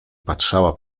patrzała